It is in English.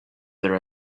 there